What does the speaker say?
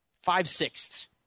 five-sixths